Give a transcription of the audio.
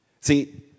See